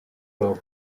logo